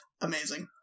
amazing